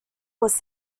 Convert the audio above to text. was